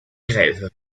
grèves